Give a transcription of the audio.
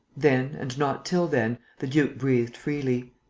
then and not till then, the duke breathed freely.